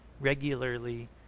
regularly